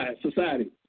society